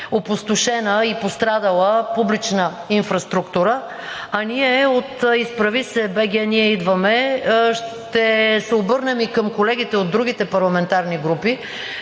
опустошена и пострадала публична инфраструктура. А ние от „Изправи се БГ! Ние идваме!“ ще се обърнем и към колегите от другите парламентарни групи